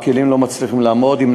כי הכלים לא מצליחים לעמוד בזה,